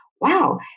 Wow